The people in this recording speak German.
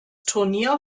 turnier